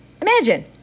Imagine